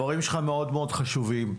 מאוד מאוד חשובים.